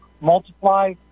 multiply